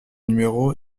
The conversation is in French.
numéro